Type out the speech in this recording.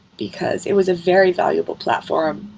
because it was a very valuable platform.